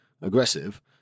aggressive